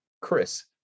Chris